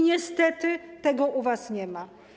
Niestety tego u was nie ma.